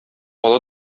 ала